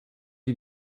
die